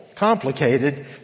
complicated